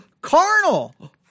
carnal